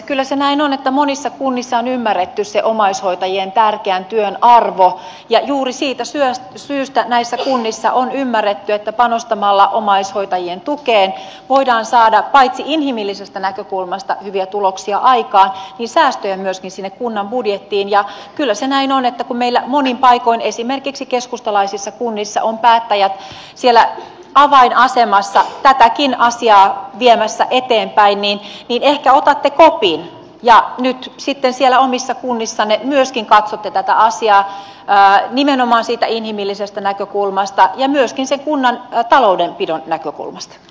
kyllä se näin on että monissa kunnissa on ymmärretty omais hoitajien tärkeän työn arvo ja juuri siitä syystä näissä kunnissa on ymmärretty että panostamalla omaishoitajien tukeen voidaan saada aikaan paitsi inhimillisestä näkökulmasta hyviä tuloksia myöskin säästöjä kunnan budjettiin ja kyllä se näin on että kun meillä monin paikoin esimerkiksi keskustalaisissa kunnissa päättäjät ovat avainasemassa tätäkin asiaa viemässä eteenpäin ehkä otatte kopin ja nyt sitten omissa kunnissanne myöskin katsotte tätä asiaa nimenomaan inhimillisestä näkökulmasta ja myöskin kunnan taloudenpidon näkökulmasta